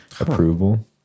approval